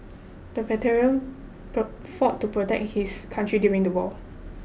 the veteran fought to protect his country during the war